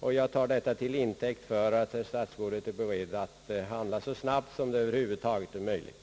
Jag tar det sagda till intäkt för att herr statsrådet är beredd att handla så snabbt som det över huvud taget är möjligt.